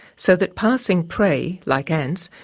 so that passing prey, like ants,